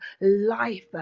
life